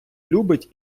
любить